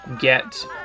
get